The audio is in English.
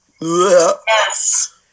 Yes